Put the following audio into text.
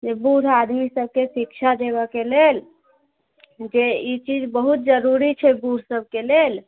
जे बूढ़ आदमी सबके शिक्षा देबऽके लेल जे ई चीज बहुत जरूरी छै बूढ़ सबके लेल